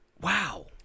Wow